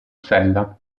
sella